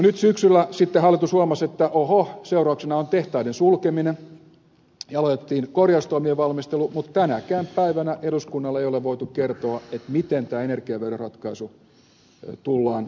nyt syksyllä hallitus sitten huomasi että oho seurauksena on tehtaiden sulkeminen ja aloitettiin korjaustoimien valmistelu mutta tänäkään päivänä eduskunnalle ei ole voitu kertoa miten tämä energiaveroratkaisu tullaan uudistamaan